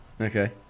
Okay